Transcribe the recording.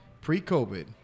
Pre-COVID